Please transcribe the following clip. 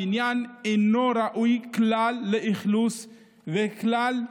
הבניין אינו ראוי לאכלוס כלל,